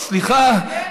כן,